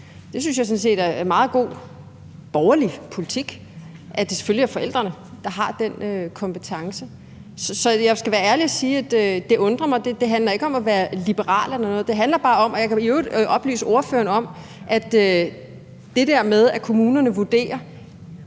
set, det er meget god borgerlig politik, at det selvfølgelig er forældrene, der har den kompetence. Så jeg skal være ærlig og sige, at det undrer mig. Det handler ikke om at være liberal. Jeg kan i øvrigt oplyse ordføreren om, at hvad angår det der med, at kommunerne vurderer,